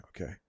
Okay